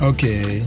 Okay